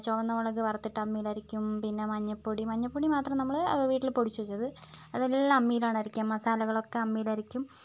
ചൊവന്നമുളക് വറുത്തിട്ട് അമ്മിയിലരക്കും പിന്നെ മഞ്ഞൾപ്പൊടി മഞ്ഞൾപ്പൊടി മാത്രം നമ്മൾ വീട്ടിൽ പൊടിച്ചു വെച്ചത് അതെല്ലാം അമ്മിയിലാണ് അരക്കുക മസാലകളൊക്കെ അമ്മിയിലരയ്ക്കും